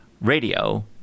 radio